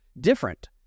different